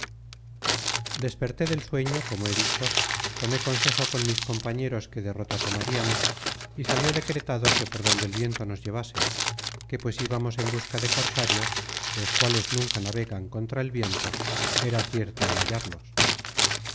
desperté del sueño como he dicho tomé consejo con mis compañeros qué derrota tomariamos y salió decretado que por donde el viento nos llevase que pues íbamos en busca de cosarios los cuales nunca navegan contra viento era cierto el hallarlos